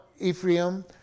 Ephraim